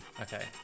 okay